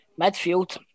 midfield